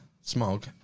smog